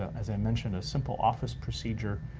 as i mentioned, a simple office procedure.